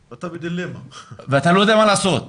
ואתה לא יודע מה לעשות.